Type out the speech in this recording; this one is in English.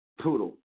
Poodle